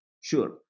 Sure